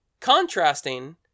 contrasting